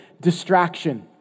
distraction